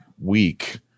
week